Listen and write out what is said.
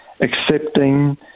accepting